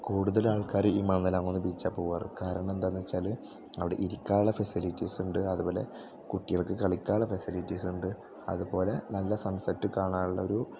കൂടുതലും ആൾക്കാർ ഈ മന്ദലാം കുന്ന് ബീച്ചിലാണ് പോകാറ് കാരണം എന്താണെന്ന് വച്ചാൽ അവിടെ ഇരിക്കാനുള്ള ഫെസിലിറ്റീസ് ഉണ്ട് അതുപോലെ കുട്ടികൾക്ക് കളിക്കാനുള്ള ഫെസിലിറ്റിസ് ഉണ്ട് അതു പോലെ നല്ല സൺ സെറ്റ് കാണാനുള്ളൊരു